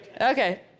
Okay